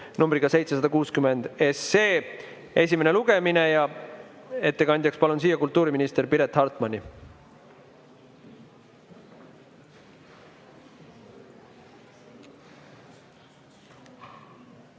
eelnõu 760 esimene lugemine. Ettekandjaks palun siia kultuuriminister Piret Hartmani.